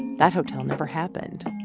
that hotel never happened.